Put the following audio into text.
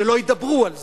שלא ידברו על זה.